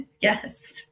Yes